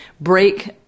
Break